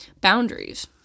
boundaries